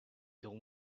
your